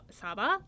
saba